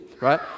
right